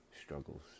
struggles